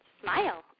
smile